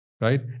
right